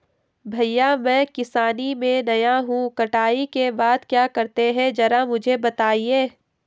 भैया मैं किसानी में नया हूं कटाई के बाद क्या करते हैं जरा मुझे बताएं?